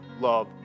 love